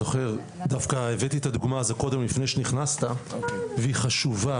דווקא הבאתי את הדוגמה הזאת קודם לפני שנכנסת והיא חשובה